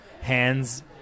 hands